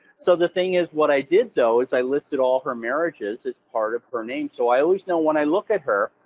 so the thing is, what i did, though, is i listed all her marriages as part of her name, so i always know when i look at her,